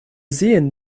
sehen